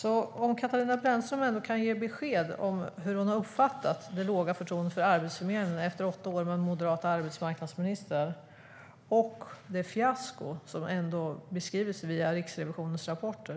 Kan Katarina Brännström ge besked om hur hon har uppfattat det låga förtroendet för Arbetsförmedlingen efter åtta år med en moderat arbetsmarknadsminister och det fiasko som beskrivs via Riksrevisionens rapporter?